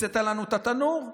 הוצאת לנו את התנור?